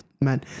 man